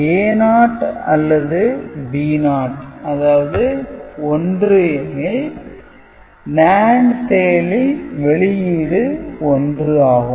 A0 அல்லது B0 ஏதாவது 1 எனில் NAND செயலில் வெளியீடு 1 ஆகும்